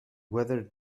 whether